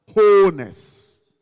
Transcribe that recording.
wholeness